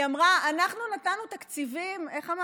היא אמרה, אנחנו נתנו תקציבים, איך אמרת?